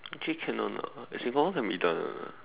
actually can [one] lah can be done lah